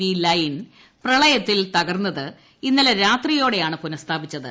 V line പ്രെളിയത്തിൽ തകർന്നത് ഇന്നലെ രാത്രിയോടെയാണ് പുനസ്മാപിച്ചത്